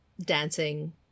dancing